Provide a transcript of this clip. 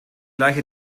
leiche